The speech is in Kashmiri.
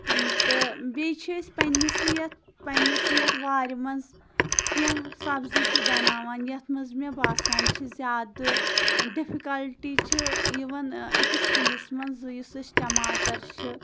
تہٕ بیٚیہِ چھِ أسۍ پَننِسٕے یَتھ پَننِسٕے یَتھ وارِ منٛز کینٛہہ سَبزی تہِ بَناوان یَتھ منٛز مےٚ باسان چھِ زیادٕ ڈِفِکَلٹی چھِ یِوان أکِس کُلِس منٛزٕ یُس أسۍ ٹَماٹَر چھِ